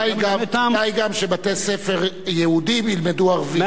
כדאי גם שבתי-ספר יהודיים ילמדו ערבית.